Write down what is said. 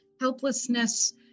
helplessness